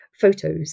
photos